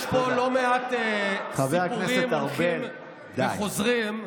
יש פה לא מעט סיפורים הולכים וחוזרים,